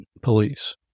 police